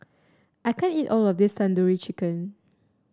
I can't eat all of this Tandoori Chicken